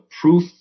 proof